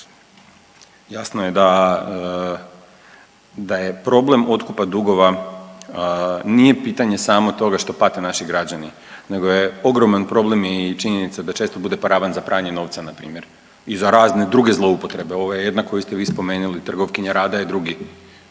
jasno je da problem otkupa dugova nije pitanje samo toga što pate naši građani, nego je ogroman problem i činjenica da često bude paravan za pranje novca, npr. i za razne druge zloupotrebe, ovo je jedna koju ste vi spomenuli, trgovkinja rada je drugi,